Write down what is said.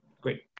Great